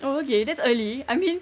oh okay that's early I mean